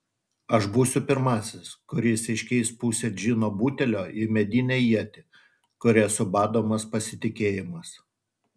aš būsiu pirmasis kuris iškeis pusę džino butelio į medinę ietį kuria subadomas pasitikėjimas